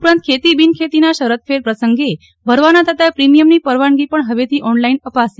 ઉપરાંત ખેતી બિન ખેતીના શરત ફેર પ્રસંગે ભરવાના થતા પ્રિમીયમની પરવાનગી પણ હવેથી ઓનલાઇન અપાશે